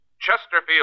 Chesterfield